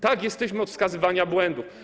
Tak, jesteśmy od wskazywania błędów.